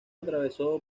atravesó